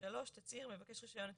תצהיר 3. מבקש רישיון,